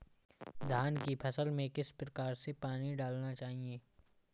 धान की फसल में किस प्रकार से पानी डालना चाहिए?